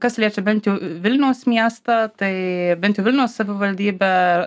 kas liečia bent jau vilniaus miestą tai bent jau vilniaus savivaldybę